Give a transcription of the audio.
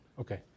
Okay